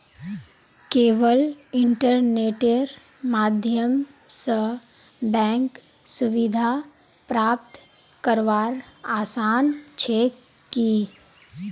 केवल इन्टरनेटेर माध्यम स बैंक सुविधा प्राप्त करवार आसान छेक की